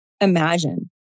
imagine